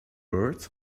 bored